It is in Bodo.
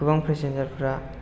गोबां पेसेनजार फ्रा